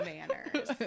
Manners